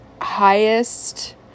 highest